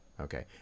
okay